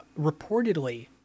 reportedly